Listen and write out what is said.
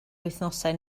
wythnosau